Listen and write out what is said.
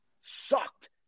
sucked